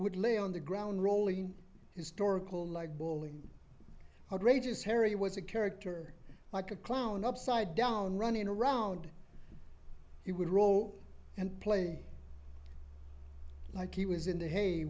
would lay on the ground rolling historical like bowling outrageous harry was a character like a clown upside down running around he would row and play like he was in the hay